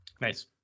Nice